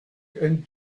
and